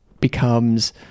becomes